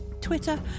twitter